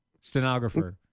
Stenographer